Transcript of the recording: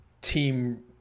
team